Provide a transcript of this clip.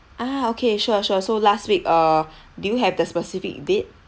ah okay sure sure so last week uh do you have the specific date